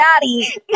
Daddy